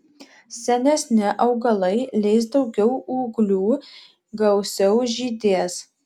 senesni augalai leis daugiau ūglių gausiau žydės